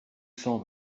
cent